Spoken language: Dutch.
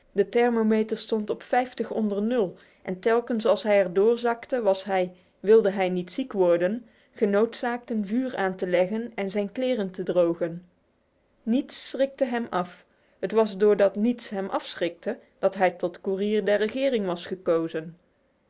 de thermometer stond op onder nul en telkens als hij er door zakte was hij wilde hij niet ziek worden genoodzaakt een vuur aan te leggen en zijn kleren te drogen niets schrikte hem af het was doordat niets hem afschrikte dat hij tot koerier der regering was gekozen